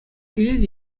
килет